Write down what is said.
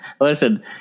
listen